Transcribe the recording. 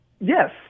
Yes